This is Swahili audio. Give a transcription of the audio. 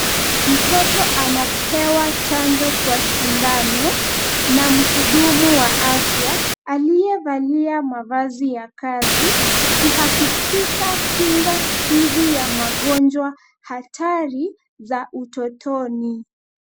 Mtoto anapewa chanjo kwa sindano, na mhudumu wa afya aliyevalia mavazi ya kazi kuhakikisha kinga dhidi ya magonjwa hatari za utotoni.